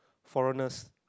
foreigners